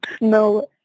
no